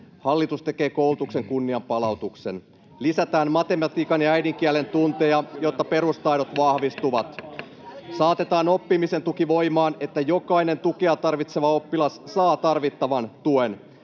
Hallitus tekee koulutuksen kunnianpalautuksen: [Naurua vasemmalta — Välihuutoja] Lisätään matematiikan ja äidinkielen tunteja, jotta perustaidot vahvistuvat. Saatetaan oppimisen tuki voimaan, että jokainen tukea tarvitseva oppilas saa tarvittavan tuen.